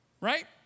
Right